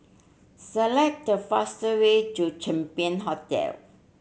select the faster way to Champion Hotel